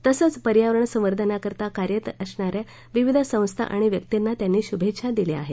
तसंच पर्यावरण संवर्धनाकरता कार्यरत असणाऱ्या विविध संस्था आणि व्यक्तींना त्यांनी शुभेच्छा दिल्या आहेत